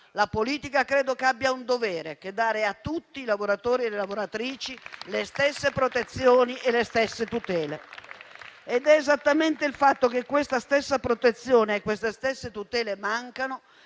la politica abbia un dovere, che è dare a tutti i lavoratori e le lavoratrici le stesse protezioni e le stesse tutele. È esattamente il fatto che questa stessa protezione e queste stesse tutele mancano